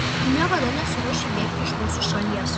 tu niekada nesiruošei bėgti iš mūsų šalies